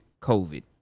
COVID